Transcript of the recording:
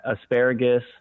asparagus